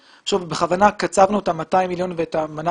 בכוונה קצבנו את ה-200 מיליון ואת המנה